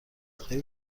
خواهی